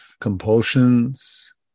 compulsions